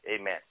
Amen